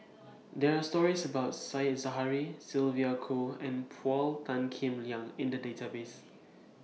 There Are stories about Said Zahari Sylvia Kho and Paul Tan Kim Liang in The Database